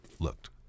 looked